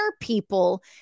people